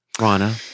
Rana